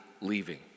leaving